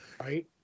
Right